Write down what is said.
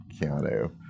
Keanu